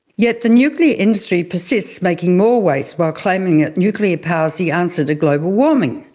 yet the nuclear industry persists making more waste while claiming that nuclear power is the answer to global warming.